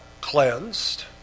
cleansed